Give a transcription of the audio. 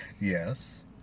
Yes